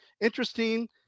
Interesting